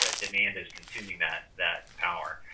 ah demand is consuming that that power.